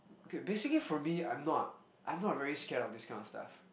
K basically for me I'm not I'm not very scared of this kind of stuff